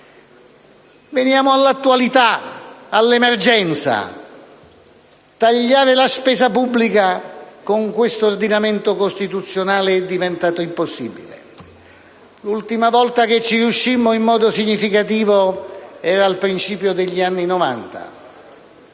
Veniamo all'attualità, all'emergenza: tagliare la spesa pubblica con questo ordinamento costituzionale è diventato impossibile. L'ultima volta che ci riuscimmo in modo significativo era al principio degli anni Novanta.